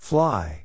Fly